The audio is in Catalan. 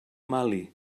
mali